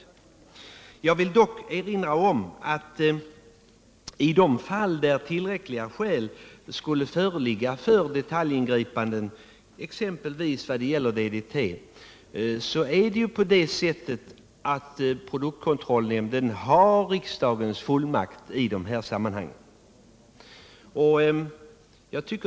Jag vill erinra om att i de fall där tillräckliga skäl skulle föreligga för detaljingripanden, exempelvis vad gäller DDT, så har produktkontrollnämnden riksdagens fullmakt i det sammanhanget.